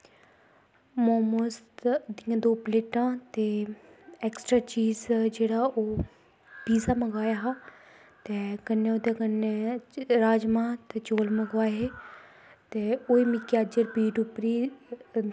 मोमोज़ दे दौ प्लेटां ते एक्स्ट्रा चीज ऐ ओह् पिज्जा मंगवाया हा ते कन्नै ओह्दे कन्नै ते राजमांह् ते चौल मंगवाये हे ते ओह् अज्ज मिगी रीपिट उप्पर ई